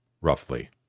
roughly